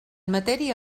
matèria